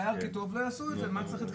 לא בפקסים ולא באס.אמ.אסים.